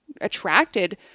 attracted